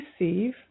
receive